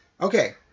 Okay